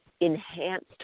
enhanced